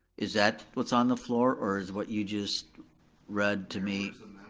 is that what's on the floor, or is what you just read to me